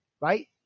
right